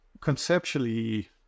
conceptually